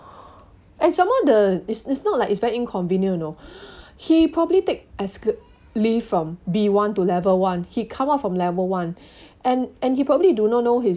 and some more the it's it's not like it's very inconvenient you know he probably take esc~ from b one to level one he come up from level one and and he probably do not know his